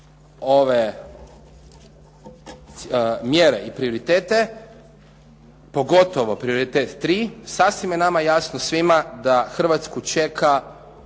ove mjere i prioritete, pogotovo prioritet 3., sasvim je nama jasno svima da Hrvatsku čeka